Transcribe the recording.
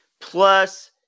plus